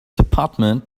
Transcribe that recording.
department